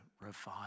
revive